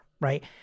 right